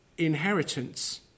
Inheritance